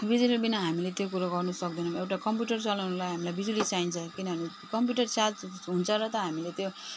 बिजुलीबिना हामीले त्यो कुरो गर्नुसक्दैनौँ एउटा कम्प्युटर चलाउनुलाई हामीलाई बिजुली चाहिन्छ किनभने कम्प्युटर चार्ज हुन्छ र त हामीले त्यो